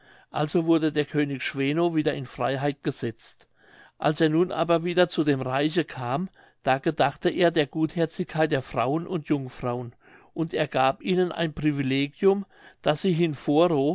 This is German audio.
also wurde der könig schweno wieder in freiheit gesetzt als er nun aber wieder zu dem reiche kam da gedachte er der gutherzigkeit der frauen und jungfrauen und er gab ihnen ein privilegium daß sie